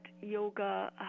yoga